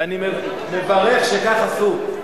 ואני מברך שכך עשו,